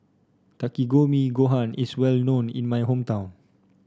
Takikomi Gohan is well known in my hometown